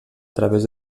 través